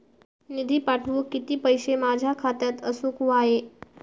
निधी पाठवुक किती पैशे माझ्या खात्यात असुक व्हाये?